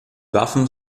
waffen